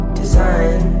design